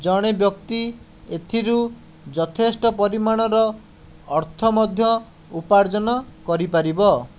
ଜଣେ ବ୍ୟକ୍ତି ଏଥିରୁ ଯଥେଷ୍ଟ ପରିମାଣର ଅର୍ଥ ମଧ୍ୟ ଉପାର୍ଜନ କରିପାରିବ